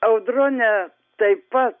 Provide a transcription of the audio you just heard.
audrone taip pat